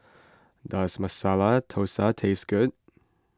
does Masala Thosai taste good